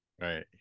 Right